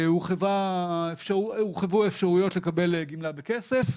הורחבו האפשרויות לקבל גמלה בכסף.